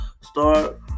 start